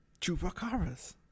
chupacabras